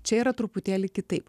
čia yra truputėlį kitaip